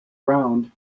round